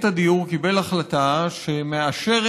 עד שלוש דקות, אדוני.